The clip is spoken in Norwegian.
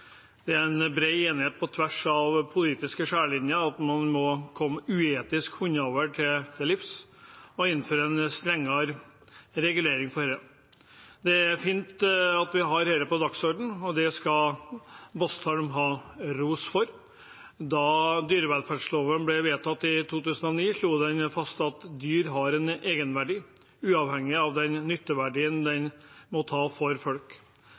og innføre en strengere regulering av dette. Det er fint at vi har dette på dagsordenen, og det skal Bastholm ha ros for. Da dyrevelferdsloven ble vedtatt i 2009, slo den fast at dyr har en egenverdi uavhengig av den nytteverdien de måtte ha for folk.